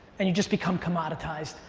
and you just become commoditized,